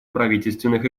правительственных